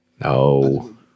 No